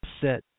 set